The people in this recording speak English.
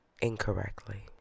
incorrectly